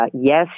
Yes